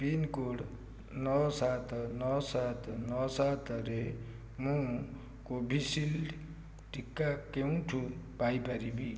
pincode ନଅ ସାତ ନଅ ସାତ ନଅ ସାତରେ ମୁଁ କୋଭିଶିଲ୍ଡ୍ ଟୀକା କେଉଁଠୁ ପାଇପାରିବି